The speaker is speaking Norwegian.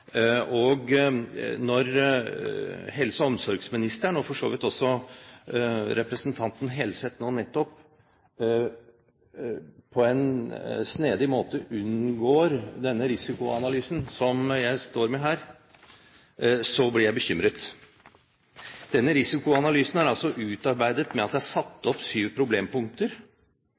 Når helse- og omsorgsministeren, og for så vidt også representanten Helseth nå nettopp, på en snedig måte unngår den risikoanalysen som jeg står med her, blir jeg bekymret. Denne risikoanalysen er utarbeidet slik at det er satt opp syv problempunkter.